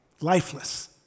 lifeless